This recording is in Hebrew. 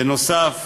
בנוסף,